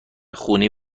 خونی